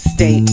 Stay